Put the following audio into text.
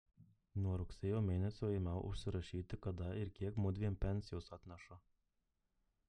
nuo rugsėjo mėnesio ėmiau užsirašyti kada ir kiek mudviem pensijos atneša